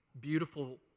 beautiful